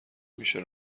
میشه